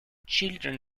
children